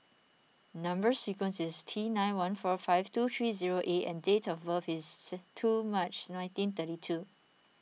Number Sequence is T nine one four five two three zero A and date of birth is two March nineteen thirty two